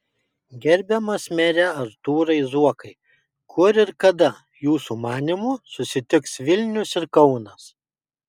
gerbiamas mere artūrai zuokai kur ir kada jūsų manymu susitiks vilnius ir kaunas